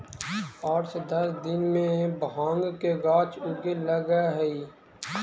आठ से दस दिन में भाँग के गाछ उगे लगऽ हइ